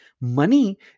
money